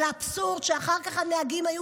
אבל האבסורד הוא שאחר כך הנהגים היו